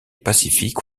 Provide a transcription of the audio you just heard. pacifique